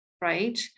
right